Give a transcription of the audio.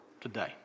today